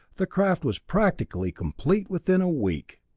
the craft was practically complete within a week.